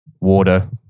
water